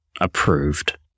Approved